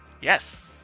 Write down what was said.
Yes